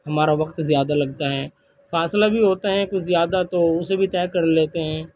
ہمارا وقت زیادہ لگتا ہے فاصلہ بھی ہوتا ہے کچھ زیادہ تو اسے بھی طے کر لیتے ہیں